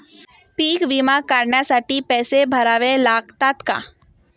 पीक विमा काढण्यासाठी पैसे भरावे लागतात का?